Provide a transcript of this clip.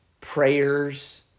prayers